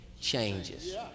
changes